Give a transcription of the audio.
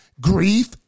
grief